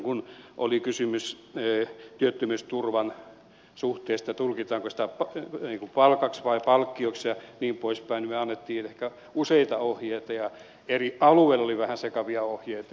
kun oli kysymys työttömyysturvan suhteen tulkitaanko se palkaksi vai palkkioksi ja niin poispäin niin me annoimme ehkä useita ohjeita ja eri alueilla oli vähän sekavia ohjeita